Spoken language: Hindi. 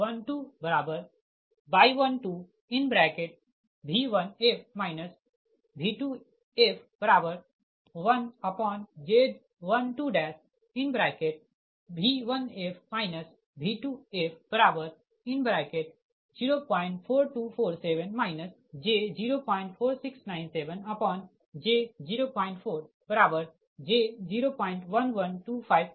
If12y12V1f V2f1Z12V1f V2f04247 j04697j04j01125 pu